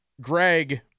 Greg